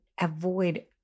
avoid